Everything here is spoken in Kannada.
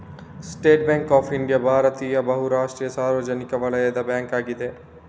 ಸ್ಟೇಟ್ ಬ್ಯಾಂಕ್ ಆಫ್ ಇಂಡಿಯಾ ಭಾರತೀಯ ಬಹು ರಾಷ್ಟ್ರೀಯ ಸಾರ್ವಜನಿಕ ವಲಯದ ಬ್ಯಾಂಕ್ ಅಗಿದೆ